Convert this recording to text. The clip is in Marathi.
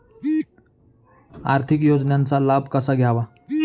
आर्थिक योजनांचा लाभ कसा घ्यावा?